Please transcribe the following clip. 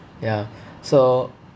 ya so